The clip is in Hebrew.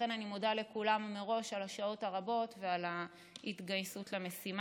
ולכן אני מודה לכולם מראש על השעות הרבות ועל ההתגייסות למשימה.